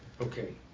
Okay